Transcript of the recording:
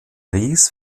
ries